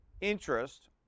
interest